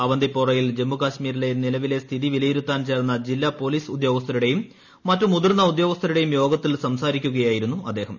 അവന്തിപ്പോറയിൽ ജമ്മു കാശ്മീരിലെ നിലവിലെ സ്ഥിതി വിലയിരുത്താൻ ചേർന്ന ജില്ലാ പോലീസ് ഉദ്യോഗസ്ഥരുടെയും മറ്റ് മുതിർന്ന ഉദ്യോഗസ്ഥരുടെയും യോഗത്തിൽ സംസാരിക്കുകയായിരുന്നു അദ്ദേഹം